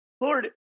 Lord